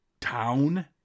town